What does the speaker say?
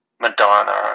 Madonna